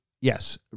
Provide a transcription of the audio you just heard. yes